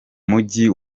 mujyi